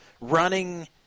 running